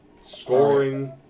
scoring